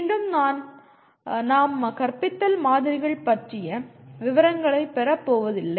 மீண்டும் நாம் கற்பித்தல் மாதிரிகள் பற்றிய விவரங்களை பெறப்போவதில்லை